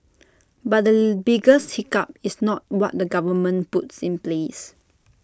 but the biggest hiccup is not what the government puts in place